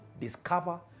discover